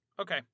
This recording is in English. Okay